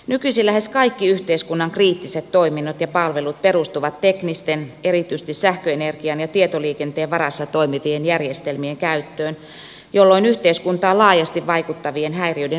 nykyisin lähes kaikki yhteiskunnan kriittiset toiminnot ja palvelut perustuvat teknisten erityisesti sähköenergian ja tietoliikenteen varassa toimivien järjestelmien käyttöön jolloin yhteiskuntaan laajasti vaikuttavien häiriöiden riski kasvaa